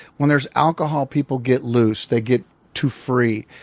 when there's alcohol, people get loose. they get too free.